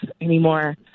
anymore